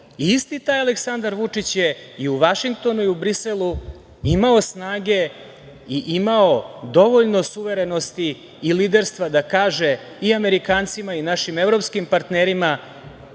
taj Aleksandar Vučić je u Vašingtonu i u Briselu imao snage i imao dovoljno suverenosti i liderstva da kaže i Amerikancima i našim evropskim partnerima,